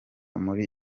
muri